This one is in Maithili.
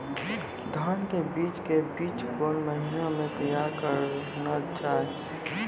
धान के बीज के बीच कौन महीना मैं तैयार करना जाए?